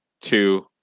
two